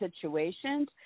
situations